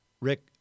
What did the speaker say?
Rick